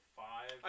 five